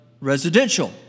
residential